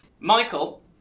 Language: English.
Michael